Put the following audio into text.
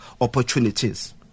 opportunities